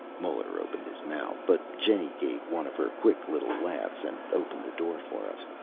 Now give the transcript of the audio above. muller opened his mouth, but jenny gave one of her quick little laughs and opened the door for us.